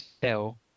sell